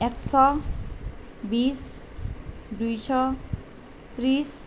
এশ বিশ দুইশ ত্ৰিছ